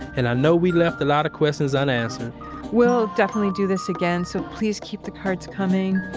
and i know we left a lot of questions unanswered we'll definitely do this again, so please keep the cards coming.